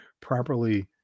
properly